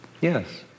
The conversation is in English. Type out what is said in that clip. yes